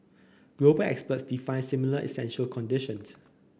global experts define similar essential conditions